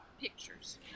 pictures